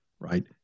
right